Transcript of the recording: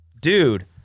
dude